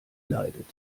leidet